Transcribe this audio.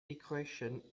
equation